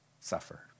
suffer